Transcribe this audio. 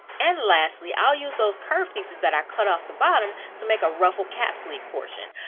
and lastly, i'll use those curved pieces that i cut off the bottom, to make a ruffled cap sleeve portion.